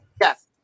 Yes